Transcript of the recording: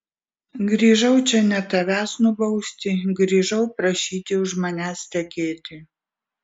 grįžau čia ne tavęs nubausti grįžau prašyti už manęs tekėti